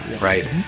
Right